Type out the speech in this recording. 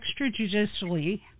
extrajudicially